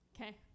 Okay